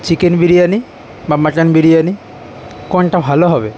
chicken biryani বা mutton biryani কোনটা ভালো হবে